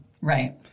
Right